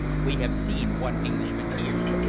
we have seen one englishman here,